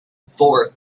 four